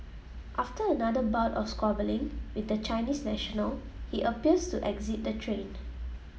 after another bout of squabbling with the Chinese national he appears to exit the train